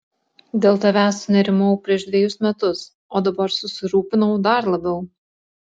dėl tavęs sunerimau prieš dvejus metus o dabar susirūpinau dar labiau